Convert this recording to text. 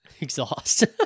exhaust